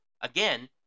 again